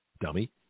dummy